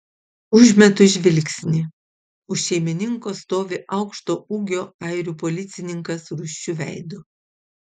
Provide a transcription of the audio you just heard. užmetu žvilgsnį už šeimininko stovi aukšto ūgio airių policininkas rūsčiu veidu